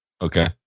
Okay